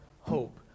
hope